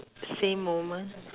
same moment